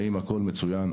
האם הכול מצוין?